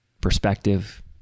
perspective